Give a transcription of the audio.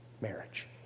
Marriage